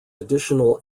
additional